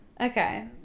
Okay